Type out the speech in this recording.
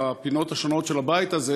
בפינות השונות של הבית הזה,